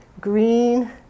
Green